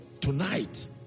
Tonight